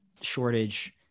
shortage